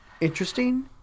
interesting